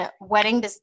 wedding